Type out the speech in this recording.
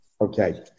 okay